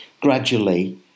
gradually